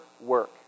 work